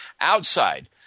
outside